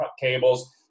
cables